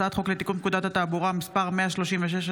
הצעת חוק לתיקון פקודת התעבורה (מס' 136),